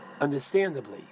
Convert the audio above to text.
understandably